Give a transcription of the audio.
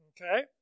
Okay